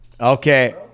Okay